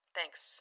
Thanks